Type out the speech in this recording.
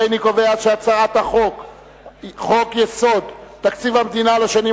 הריני קובע שהצעת החוק חוק-יסוד: תקציב המדינה לשנים